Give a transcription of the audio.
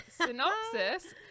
synopsis